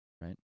right